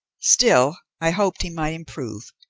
still, i hoped he might improve,